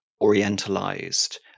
orientalized